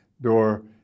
door